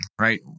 right